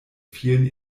vielen